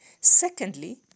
Secondly